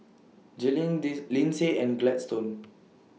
Jalynn did Linsey and Gladstone